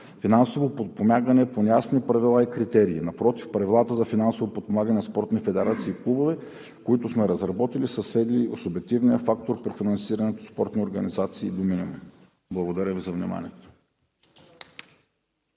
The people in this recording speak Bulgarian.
финансово подпомагане по неясни правила и критерии. Напротив, правилата за финансово подпомагане на спортни федерации и клубове, които сме разработили, са свели до минимум субективния фактор при финансирането на спортни организации. Благодаря Ви за вниманието.